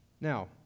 Now